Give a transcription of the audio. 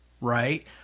right